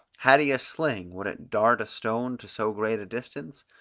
had he a sling, would it dart a stone to so great a distance?